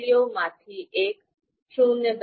મૂલ્યોમાંથી એક ૦